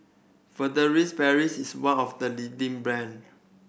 Furtere Paris is one of the leading brand